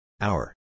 Hour